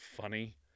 funny